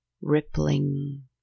rippling